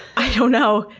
i don't know.